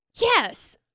Yes